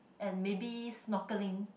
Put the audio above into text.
and maybe snorkeling